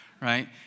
Right